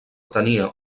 tenia